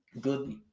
Good